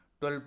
12